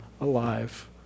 alive